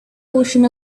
portion